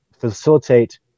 facilitate